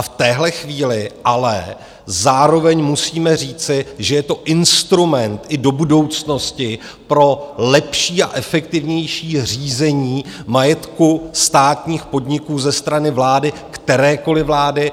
V téhle chvíli ale zároveň musíme říci, že je to instrument i do budoucnosti pro lepší a efektivnější řízení majetku státních podniků ze strany vlády, kterékoliv vlády.